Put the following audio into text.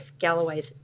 Galloway's